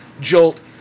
Jolt